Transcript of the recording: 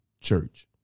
church